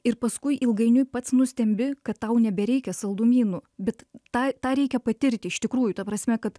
ir paskui ilgainiui pats nustembi kad tau nebereikia saldumynų bet tą tą reikia patirti iš tikrųjų ta prasme kad